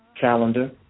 calendar